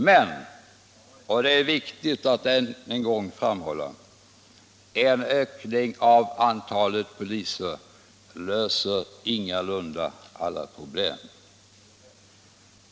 Men -— och det är viktigt att än en gång framhålla det — en ökning av antalet poliser löser ingalunda alla problem.